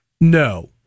No